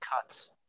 cuts